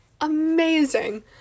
Amazing